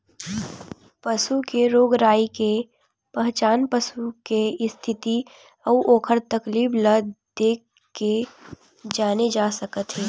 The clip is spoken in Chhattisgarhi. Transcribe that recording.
पसू के रोग राई के पहचान पसू के इस्थिति अउ ओखर तकलीफ ल देखके जाने जा सकत हे